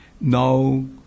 no